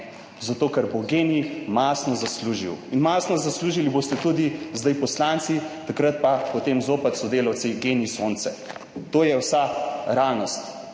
zato, ker bo Gen-I mastno zaslužil in mastno zaslužili boste tudi zdaj poslanci, takrat pa potem zopet sodelavci Gen-I Sonce. To je vsa realnost.